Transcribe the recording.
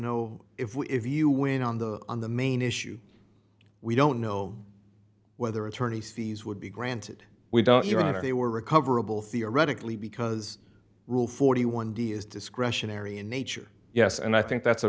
know if we if you win on the on the main issue we don't know whether attorneys fees would be granted we don't your honor they were recoverable theoretically because rule forty one dollars d is discretionary in nature yes and i think that's a